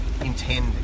intend